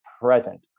present